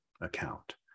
account